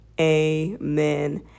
Amen